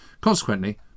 Consequently